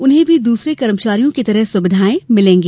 उन्हें भी दूसरे कर्मचारियों की तरह सुविधाएं मिलेंगी